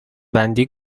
بندی